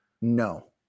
No